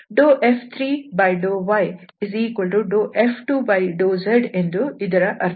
F3∂yF2∂z ಎಂದು ಇದರ ಅರ್ಥ